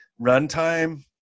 runtime